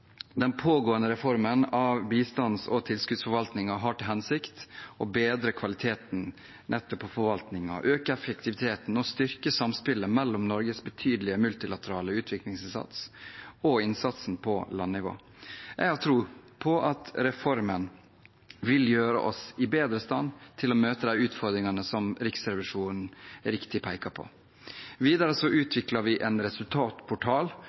Den pågående reformen av bistands- og tilskuddsforvaltningen har til hensikt å bedre kvaliteten på nettopp forvaltningen, øke effektiviteten og styrke samspillet mellom Norges betydelige multilaterale utviklingsinnsats og innsatsen på landnivå. Jeg har tro på at reformen vil gjøre oss bedre i stand til å møte de utfordringene som Riksrevisjonen riktig peker på. Videre utvikler vi en resultatportal